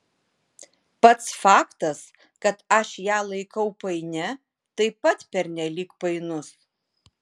pats faktas kad aš ją laikau painia taip pat pernelyg painus